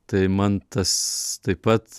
tai man tas taip pat